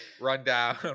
rundown